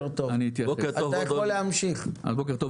אתה יכול להמשיך, עופר,